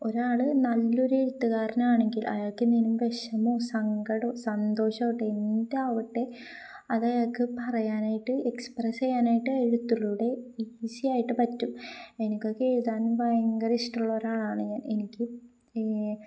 ഒരാള് നല്ലൊരു എഴുത്തുകാരനാണെങ്കിൽ അയാൾക്ക് എന്ത് വിഷമവും സങ്കടവും സന്തോഷവുമാകട്ടെ എന്തുമാകട്ടെ അതയാള്ക്ക് പറയാനായിട്ട് എക്സ്പ്രസ് ചെയ്യാനായിട്ട് എഴുത്തുകളിലൂടെ ഈസിയായിട്ട് പറ്റും എനിക്കൊക്കെ എഴുതാന് ഭയങ്കരം ഇഷ്ടമുള്ള ഒരാളാണ് ഞാൻ എനിക്ക്